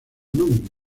nombre